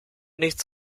nichts